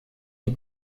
die